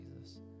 jesus